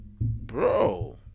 Bro